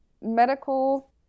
medical